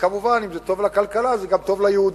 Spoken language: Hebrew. ומובן שאם זה טוב לכלכלה זה גם טוב ליהודים.